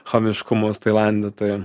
chamiškumus tailande tai